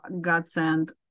godsend